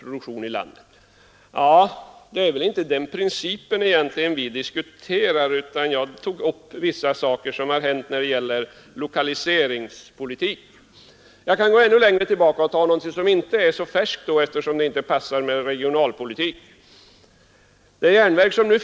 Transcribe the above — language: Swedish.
Ja, det är väl egentligen inte denna princip vi diskuterar, utan jag tog upp vissa saker som hänt när det gäller lokaliseringspolitiken. Eftersom det inte passar med regionalpolitik, kan jag gå ännu längre tillbaka och ta någonting som inte är så färskt. Det järnverk som nu finns i Luleå är ungefär 30 år gammalt.